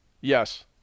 Yes